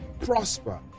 prosper